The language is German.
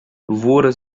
wurde